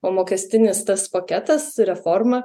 o mokestinis tas paketas reforma